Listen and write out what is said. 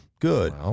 Good